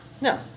No